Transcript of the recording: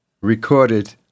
recorded